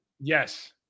Yes